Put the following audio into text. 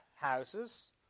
houses